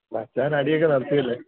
മച്ചാൻ അടിയൊക്കെ നിർത്തിയല്ലേ